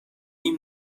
این